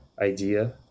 idea